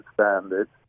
standards